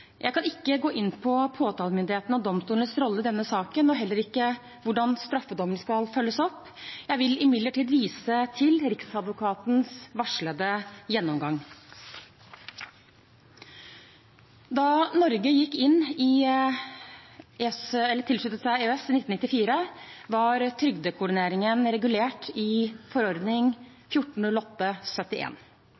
Jeg kan ikke gå inn på påtalemyndighetens og domstolenes rolle i denne saken og heller ikke på hvordan straffedommene skal følges opp. Jeg vil imidlertid vise til Riksadvokatens varslede gjennomgang. Da Norge tilsluttet seg EØS i 1994, var trygdekoordineringen regulert i forordning